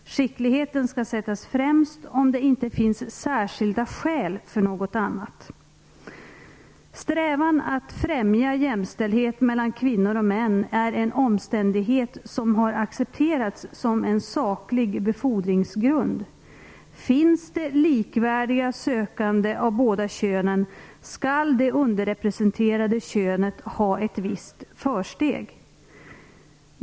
Skickligheten skall sättas främst om det inte finns särskilda skäl för något annat. Strävan att främja jämställdhet mellan kvinnor och män är en omständighet som har accepterats som en saklig befordringsgrund. Finns det likvärdiga sökande av båda könen skall det underrepresenterade könet ha ett visst försteg.